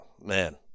Man